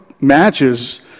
matches